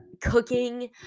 cooking